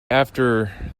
after